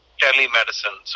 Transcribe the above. telemedicine